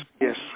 yes